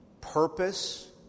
purpose